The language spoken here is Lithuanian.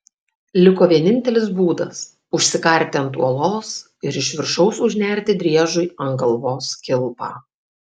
liko vienintelis būdas užsikarti ant uolos ir iš viršaus užnerti driežui ant galvos kilpą